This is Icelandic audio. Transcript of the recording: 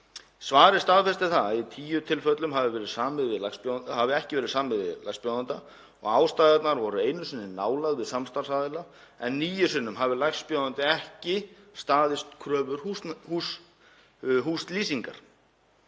Svarið staðfesti það að í tíu tilfellum hafði ekki verið samið við lægstbjóðanda og ástæðurnar voru einu sinni nálægð við samstarfsaðila en níu sinnum hafði lægstbjóðandi ekki staðist kröfur húslýsingar.